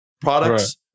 products